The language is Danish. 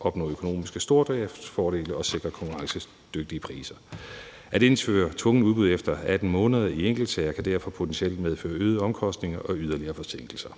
opnå økonomiske stordriftsfordele og sikre konkurrencedygtige priser. At indføre tvunget udbud efter 18 måneder i enkeltsager kan derfor potentielt medføre øgede omkostninger og yderligere forsinkelser.